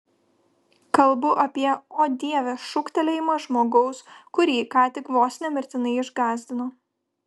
kalbu apie o dieve šūktelėjimą žmogaus kurį ką tik vos ne mirtinai išgąsdino